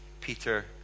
Peter